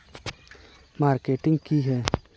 Marketing की है?